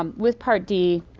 um with part d,